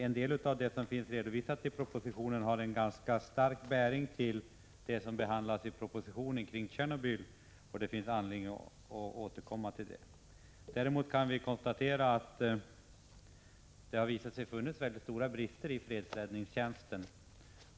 En del av det som finns redovisat i propositionen har ganska stark anknytning till det som behandlas i propositionen om Tjernobyl. Det finns anledning att återkomma till det. Vi kan konstatera att det har visat sig finnas stora brister i fredsräddningstjänsten.